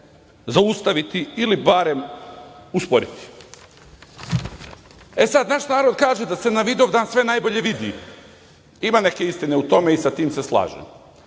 zaustaviti ili barem usporiti. Naš narod kaže da se na Vidovdan sve najbolje vidi. Ima neke istine u tome i sa tim se slažem.